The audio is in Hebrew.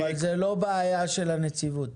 אבל זו לא בעיה של הנציבות,